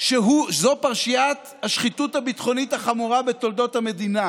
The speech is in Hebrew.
שזו פרשיית השחיתות הביטחונית החמורה בתולדות המדינה